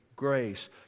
grace